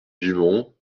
dumont